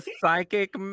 psychic